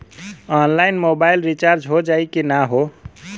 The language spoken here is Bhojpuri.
ऑनलाइन मोबाइल रिचार्ज हो जाई की ना हो?